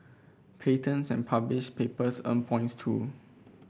patents and published papers earn points too